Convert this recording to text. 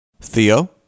theo